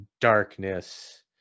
darkness